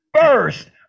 first